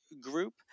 group